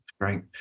Great